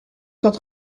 zat